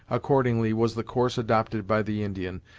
accordingly, was the course adopted by the indian,